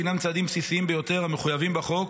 שהינם צעדים בסיסיים ביותר המחויבים בחוק,